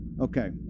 Okay